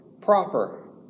proper